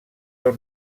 del